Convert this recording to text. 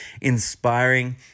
inspiring